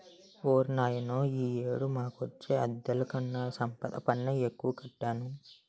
ఓర్నాయనో ఈ ఏడు మాకొచ్చే అద్దెలుకన్నా సంపద పన్నే ఎక్కువ కట్టాను